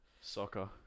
Soccer